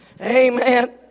Amen